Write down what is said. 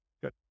good